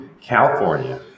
California